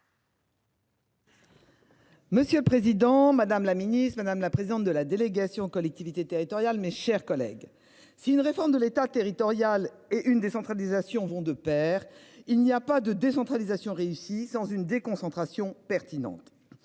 Monsieur le Président Madame la Ministre madame la présidente de la délégation aux collectivités territoriales, mes chers collègues si une réforme de l'État, territoriale et une décentralisation vont de Pair. Il n'y a pas de décentralisation réussie sans une déconcentration pertinente.